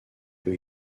peut